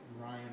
Ryan